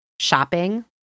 shopping